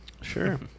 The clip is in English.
Sure